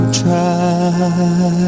try